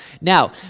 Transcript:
Now